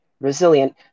resilient